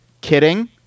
Kidding